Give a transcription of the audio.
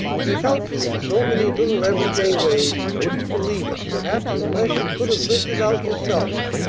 he helped me in so many little every-day ways, you wouldn't believe it, perhaps, unless you could have lived it out yourself.